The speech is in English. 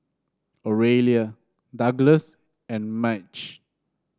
Oralia Douglas and Madge